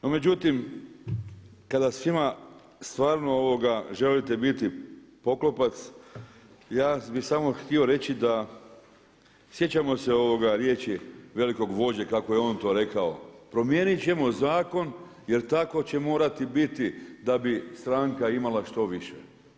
No, međutim kada svima stvarno želite biti poklopac ja bi samo htio reći da sjećamo se riječi velikog vođe kako je on to rekao promijenit ćemo zakon jer tako će morati biti da bi stranka imala što više.